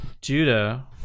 Judah